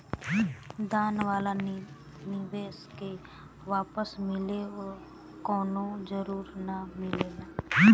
दान वाला निवेश के वापस मिले कवनो जरूरत ना मिलेला